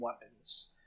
weapons